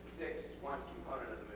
one component